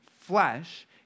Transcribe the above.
flesh